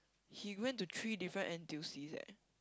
he went to three different N_T_U_Cs eh